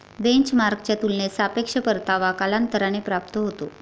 बेंचमार्कच्या तुलनेत सापेक्ष परतावा कालांतराने प्राप्त होतो